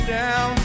down